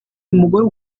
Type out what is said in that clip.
umugore